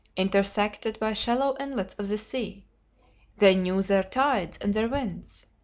intersected by shallow inlets of the sea they knew their tides and their winds.